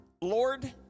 Lord